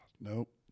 Nope